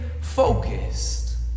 focused